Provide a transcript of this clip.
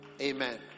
amen